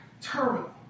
terminal